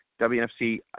WNFC